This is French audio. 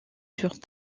sous